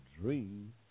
dream